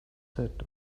set